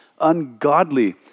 ungodly